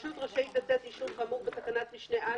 הרשות רשאית לתת אישור כאמור בתקנת משנה (א),